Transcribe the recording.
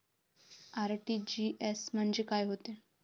RTGS म्हंजे काय होते?